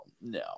no